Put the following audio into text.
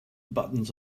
buttons